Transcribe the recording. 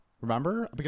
Remember